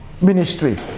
ministry